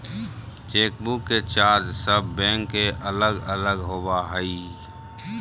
chequebook के charge सब bank के अलग अलग होबा हइ